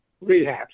Rehab